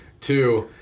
Two